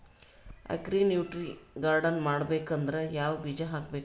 Agri nutri garden ಮಾಡಬೇಕಂದ್ರ ಯಾವ ಬೀಜ ಹಾಕಬೇಕು?